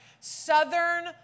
southern